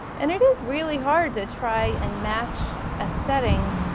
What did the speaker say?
and it is really hard to try and match a setting